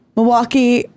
Milwaukee